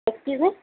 excuse me